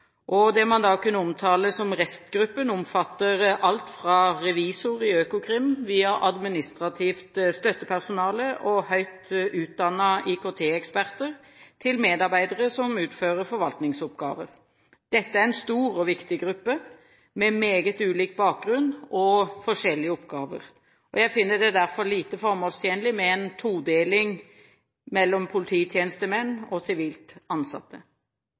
Det man da kunne omtale som restgruppen, omfatter alt fra revisorer i Økokrim via administrativt støttepersonale og høyt utdannede IKT-eksperter, til medarbeidere som utfører forvaltningsoppgaver. Dette er en stor og viktig gruppe med meget ulik bakgrunn og forskjellige oppgaver. Jeg finner det derfor lite formålstjenlig med en todeling mellom polititjenestemenn og sivilt ansatte.